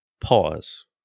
Pause